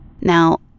Now